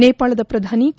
ನೇಪಾಳದ ಪ್ರಧಾನಿ ಕೆ